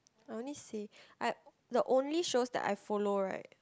I only see I the only shows that I follow right